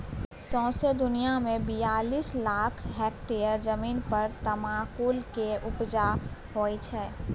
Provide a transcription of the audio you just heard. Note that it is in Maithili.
सौंसे दुनियाँ मे बियालीस लाख हेक्टेयर जमीन पर तमाकुल केर उपजा होइ छै